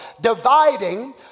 dividing